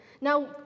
Now